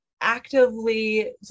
actively